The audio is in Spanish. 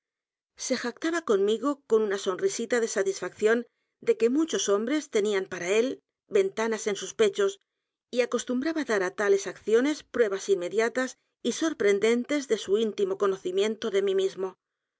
se jactaba conmigo con una sonrisita de satisfacción de que muchos h o m b r e s tenían p a r a él ventanas en sus pechos y acostumbraba dar á tales acciones pruebas inmediatas y sorprendentes de su íntimo conocimiento de mí mismo